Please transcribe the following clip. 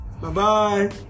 bye-bye